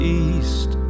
east